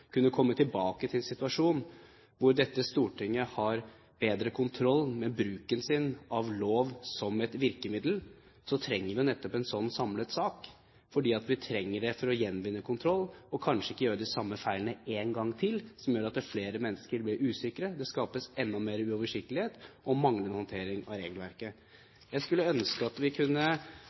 kunne komme tilbake til en situasjon hvor dette stortinget har bedre kontroll med bruken av lov som et virkemiddel, trenger vi jo nettopp en slik samlet sak. Vi trenger det for å gjenvinne kontroll og kanskje ikke gjøre de samme feilene én gang til, som gjør at flere mennesker blir usikre, det skapes enda mer uoversiktlighet og manglende håndtering av regelverket. Jeg skulle ønske at vi kunne